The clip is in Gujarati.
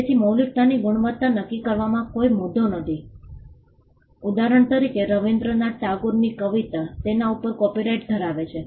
તેથી મૌલિકતાની ગુણવત્તા નક્કી કરવામાં કોઈ મુદ્દો નથી ઉદાહરણ તરીકે રવીન્દ્રનાથ ટાગોરની કવિતા તેના ઉપર કોપિરાઇટ ધરાવે છે